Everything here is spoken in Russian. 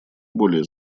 более